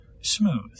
smooth